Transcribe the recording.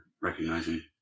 recognizing